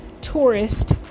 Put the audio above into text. tourist